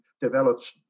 developed